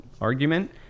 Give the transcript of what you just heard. argument